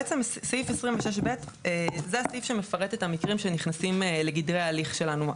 בעצם סעיף 26ב זה הסעיף שמפרט את המקרים שנכנסים לגדרי ההליך שלנו.